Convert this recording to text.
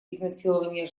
изнасилования